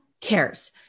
cares